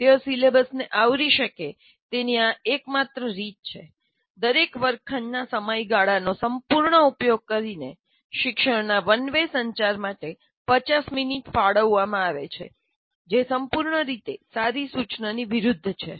તેઓ સિલેબસને આવરી શકે તેની આ એકમાત્ર રીત છે દરેક વર્ગખંડના સમયગાળા નો સંપૂર્ણ ઉપયોગ કરીને શિક્ષણ નાં વન વે સંચાર માટે 50 મિનિટ ફાળવવામાં આવે છે જે સંપૂર્ણ રીતે સારી સૂચનાની વિરુદ્ધ છે